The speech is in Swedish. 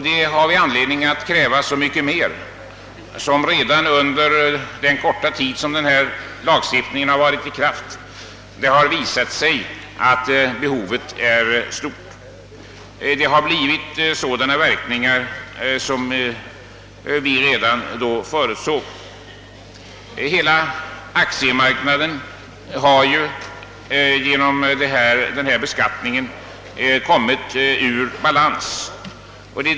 Detta har vi anledning att kräva så mycket mer som det redan under den korta tid denna lag har varit 1 kraft har visat sig att detta behov är stort. Det har blivit sådana verkningar som vi redan då förutsåg. Hela aktiemarknaden har genom denna beskattning kommit ur balans.